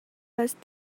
passed